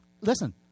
Listen